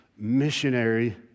missionary